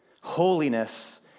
holiness